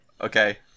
Okay